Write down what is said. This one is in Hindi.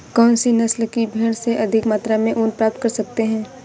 कौनसी नस्ल की भेड़ से अधिक मात्रा में ऊन प्राप्त कर सकते हैं?